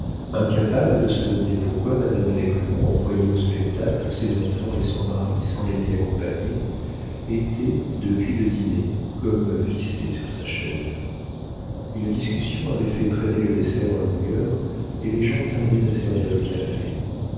incapable de se demander pourquoi madame d'aiglemont envoyait au spectacle ses enfants et son mari sans les y accompagner était depuis le dîner comme vissé sur sa chaise une discussion avait fait traîner le dessert en longueur et les gens tardaient à servir le café